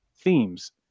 themes